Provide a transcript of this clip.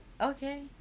Okay